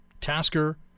Tasker